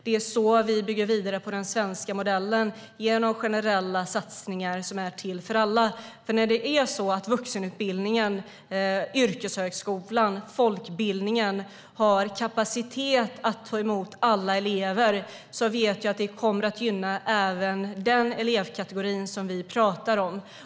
Det är så vi bygger vidare på den svenska modellen: genom generella satsningar som är till för alla. När vuxenutbildningen, yrkeshögskolan och folkbildningen har kapacitet att ta emot alla elever vet vi att det kommer att gynna även den elevkategori som vi pratar om.